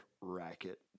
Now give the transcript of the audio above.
racket